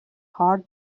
hard